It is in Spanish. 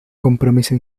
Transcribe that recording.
compromiso